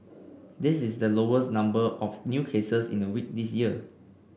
this is the lowest number of new cases in a week this year